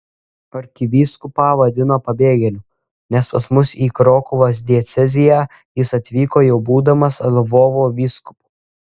arkivyskupą vadino pabėgėliu nes pas mus į krokuvos dieceziją jis atvyko jau būdamas lvovo vyskupu